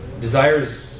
Desires